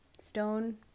stone